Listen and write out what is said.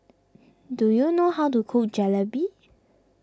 do you know how to cook Jalebi